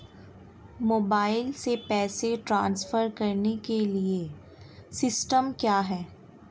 Mobile से पैसे transfer करने के लिए सिस्टम क्या है?